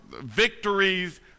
victories